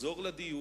לחזור לדיון,